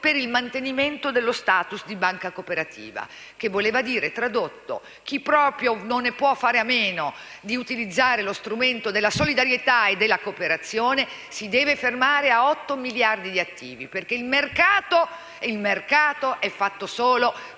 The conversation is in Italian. per il mantenimento dello *status* di banca cooperativa, che tradotto voleva dire: chi proprio non può fare a meno di utilizzare lo strumento della solidarietà e della cooperazione, si deve fermare a 8 miliardi di attivi, perché il mercato è fatto solo